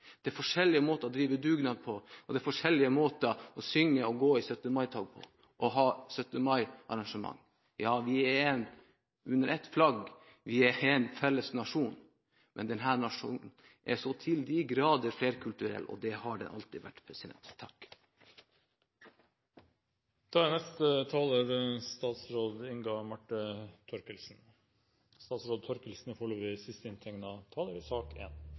er det forskjellige dialekter, forskjellige kulturelle oppfatninger av hva som er mitt og vårt Norge, forskjellige måter å drive dugnad på, og forskjellige måter å synge og gå i 17. mai-tog på og ha 17. mai-arrangement på. Ja, vi er under ett flagg, vi er én felles nasjon, men denne nasjonen er så til de grader flerkulturell, og det har den alltid vært. La meg først få gi skryt til foregående taler: